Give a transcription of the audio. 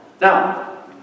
Now